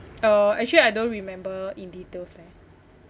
uh actually I don't remember in details leh